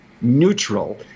neutral